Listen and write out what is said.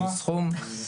מה הסכום?